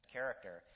character